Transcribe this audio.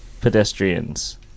pedestrians